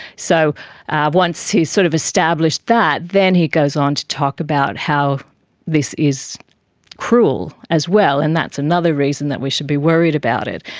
so once he sort of established that, then he goes on to talk about how this is cruel as well, and that's another reason that we should be worried about it.